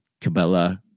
Cabela